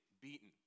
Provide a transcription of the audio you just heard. beaten